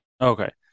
Okay